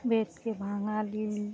ভেটকি